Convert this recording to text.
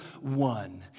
one